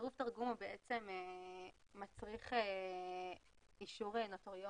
צירוף תרגום מצריך אישור נוטריוני.